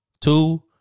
two